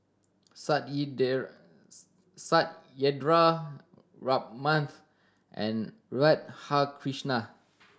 Satyendra Ramnath and Radhakrishnan